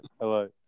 hello